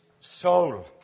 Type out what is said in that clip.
soul